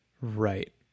Right